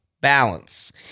balance